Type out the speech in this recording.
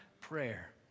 prayer